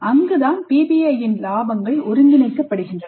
அங்குதான் PBIயின் லாபங்கள் ஒருங்கிணைக்கப்படுகின்றன